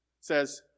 says